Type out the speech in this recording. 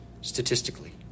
statistically